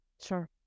Sure